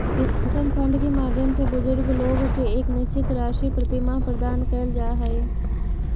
pension fund के माध्यम से बुजुर्ग लोग के एक निश्चित राशि प्रतिमाह प्रदान कैल जा हई